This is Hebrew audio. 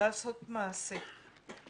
לעשות מעשה.